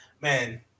man